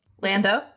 Lando